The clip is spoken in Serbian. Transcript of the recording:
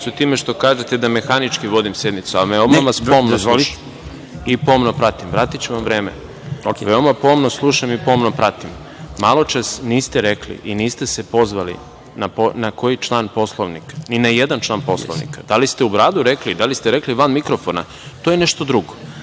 time što kažete da mehanički vodim sednicu, a veoma vas pomno slušam i pomno pratim. Vratiću vam vreme. Maločas, niste rekli i niste se pozvali na koji član Poslovnika, ni na jedan član Poslovnika, a da li ste u bradu rekli, da li ste rekli van mikrofona, to je nešto drugo. Ali